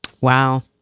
wow